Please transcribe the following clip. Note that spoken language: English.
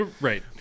right